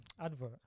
advert